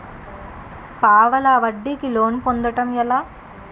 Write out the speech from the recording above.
పావలా వడ్డీ కి లోన్ పొందటం ఎలా?